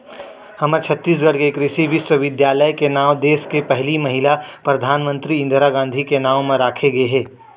हमर छत्तीसगढ़ के कृषि बिस्वबिद्यालय के नांव देस के पहिली महिला परधानमंतरी इंदिरा गांधी के नांव म राखे गे हे